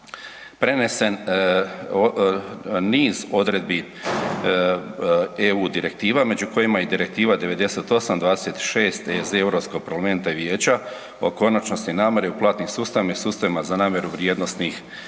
prenesen niz odredbi EU Direktiva među kojima je i Direktiva 9826 EZ Europskog parlamenta i vijeća o konačnosti namire u platnim sustavima i sustavima za namiru vrijednosnih